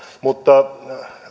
mutta